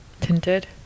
tinted